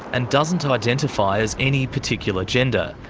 and doesn't ah identify as any particular gender,